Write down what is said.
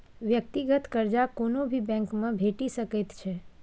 व्यक्तिगत कर्जा कोनो भी बैंकमे भेटि सकैत छै